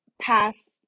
past